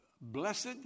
Blessed